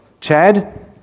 Chad